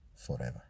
forever